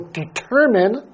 determine